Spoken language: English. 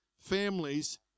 families